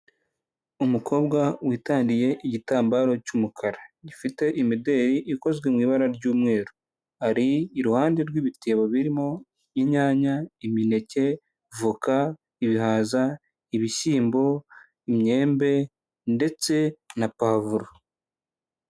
Umukobwa witandiye igitambaro cy'umukara gifite imideli ikozwe mui ibara ry'umweru, ari iruhande rw'ibitebo birimo inyanya, imineke, voka, ibihaza, ibishyimbo, imyembe ndetse na pavuro.